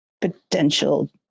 potential